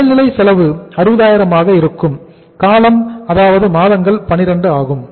மேல் நிலை செலவு 60000 ஆக இருக்கும் காலம் அதாவது மாதங்கள் 12 ஆகும்